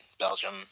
Belgium